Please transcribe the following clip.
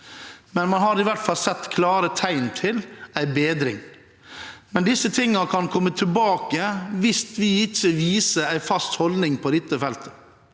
men man har i hvert fall sett klare tegn til bedring. Men disse tingene kan komme tilbake hvis vi ikke viser en fast holdning på dette feltet.